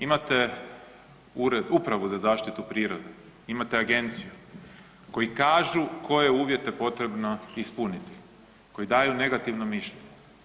Imate upravu za zaštitu prirode, imate agenciju koji kažu koje je uvjete potrebno ispuniti, koji daju negativno mišljenje.